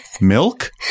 milk